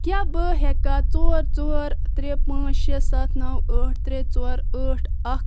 کیٛاہ بہٕ ہیٚکاہ ژور ژور ترٛےٚ پانٛژھ شےٚ سَتھ نَو ٲٹھ ترےٚ ژور ٲٹھ اَکھ